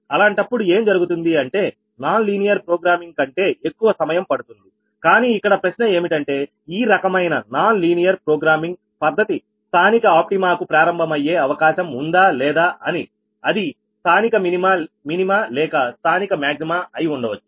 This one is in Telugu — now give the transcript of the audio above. అలాంటప్పుడు ఏం జరుగుతుంది అంటే నాన్ లీనియర్ ప్రోగ్రామింగ్ కంటే ఎక్కువ సమయం పడుతుంది కానీ ఇక్కడ ప్రశ్న ఏమిటంటే ఈ రకమైన నాన్ లీనియర్ ప్రోగ్రామింగ్ పద్ధతి స్థానిక ఆప్టిమాకు ప్రారంభమయ్యే అవకాశం ఉందా లేదా అని అది స్థానిక మినిమ లేక స్థానిక మాక్సిమా అయి ఉండవచ్చు